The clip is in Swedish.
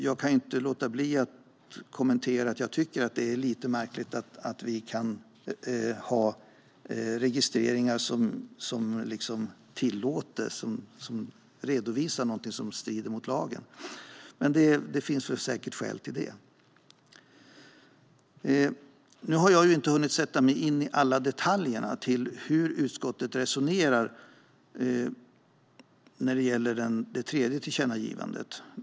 Jag kan inte låta bli att kommentera att jag tycker att det är lite märkligt att vi kan ha registreringar som tillåts men som redovisar någonting som strider mot lagen. Men det finns säkert skäl till det. Nu har jag inte hunnit sätta mig in i alla detaljer i hur utskottet resonerar när det gäller det tredje tillkännagivandet.